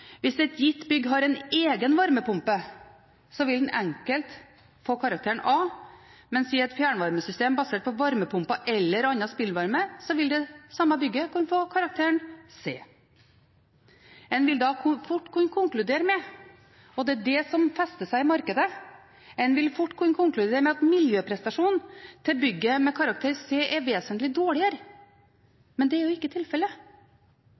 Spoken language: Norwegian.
Hvis et gitt bygg har en egen varmepumpe, vil den enkelt få karakteren A, mens i et fjernvarmesystem basert på varmepumper eller annen spillvarme vil det samme bygget kunne få karakteren C. En vil da fort kunne konkludere med – og det er det som fester seg i markedet – at miljøprestasjonen til bygget med karakteren C er vesentlig dårligere, men det er jo ikke tilfellet.